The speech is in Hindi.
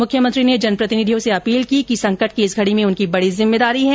मुख्यमंत्री ने जनप्रतिनिधियों से अपील की कि संकट की इस घड़ी में उनकी बड़ी जिम्मेदारी है